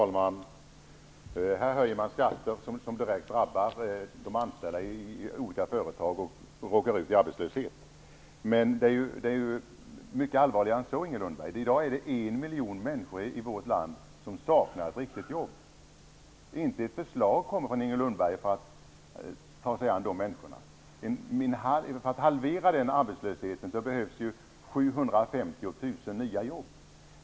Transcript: Fru talman! Här höjer man skatter som direkt drabbar de anställda i olika företag. De råkar ut för arbetslöshet. Men det är mycket allvarligare än så, Inger Lundberg. I dag saknar 1 miljon människor i vårt land ett riktigt jobb. Inte ett förslag kommer från Inger Lundberg om att ta sig an de människorna. För att halvera arbetslösheten behövs 750 000 nya jobb.